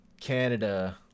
Canada